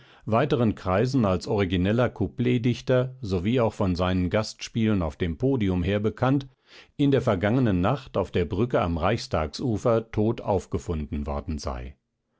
weiteren kreisen als origineller coupletdichter sowie auch von seinen gastspielen auf dem podium her bekannt in der vergangenen nacht auf der brücke am reichtagsufer tot aufgefunden worden sei